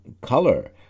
color